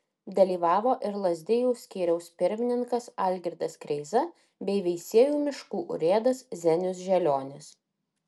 dalyvavo ir lazdijų skyriaus pirmininkas algirdas kreiza bei veisiejų miškų urėdas zenius želionis